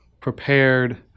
prepared –